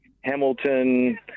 Hamilton